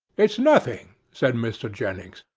it's nothing said mr. jennings.